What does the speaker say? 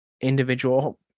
individual